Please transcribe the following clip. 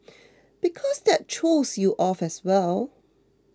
because that throws you off as well